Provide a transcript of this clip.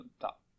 top